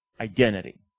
identity